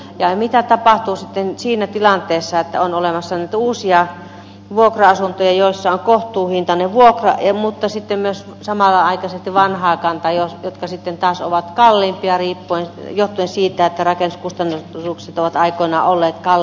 ja mitä tapahtuu sitten siinä tilanteessa että on olemassa uusia vuokra asuntoja joissa on kohtuuhintainen vuokra mutta myös samanaikaisesti vanhaa kantaa jotka sitten taas ovat kalliimpia johtuen siitä että rakennuskustannukset ovat aikoinaan olleet kalliimmat